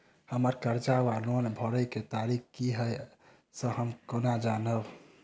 हम्मर कर्जा वा लोन भरय केँ तारीख की हय सँ हम केना जानब?